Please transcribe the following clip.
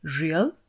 real